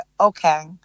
okay